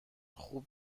خوب